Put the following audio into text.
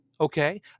okay